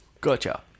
Gotcha